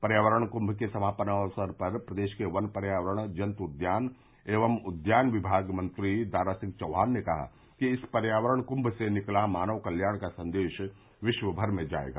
पर्यावरण कुंम के समापन अवसर पर प्रदेश के वन पर्यावरण जन्तु उद्यान एवं उद्यान विमाग मंत्री दारा सिंह चौहान ने कहा कि इस पर्यावरण क्म्म से निकला मानव कल्याण का संदेश विश्वमर में जायेगा